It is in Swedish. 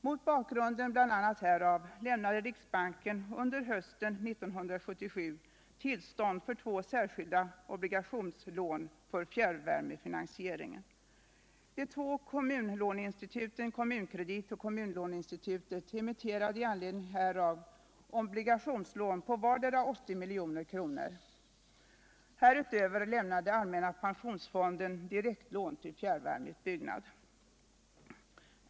Mot bakgrund bl.a. härav lämnade riksbanken under hösten 1977 tillstånd för två särskilda obligationslån för fjärrvärmefinansiering. De två kommunlåneinstituten Kommunkredit och Kommunlåneinstitutet emitterade i anledning härav obligationslån på vardera 80 milj.kr. Härutöver lämnade allmänna pensionsfonden direktlån till fjärrvärmeutbyggnad.